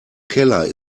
keller